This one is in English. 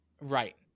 Right